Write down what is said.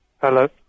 Hello